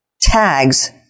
tags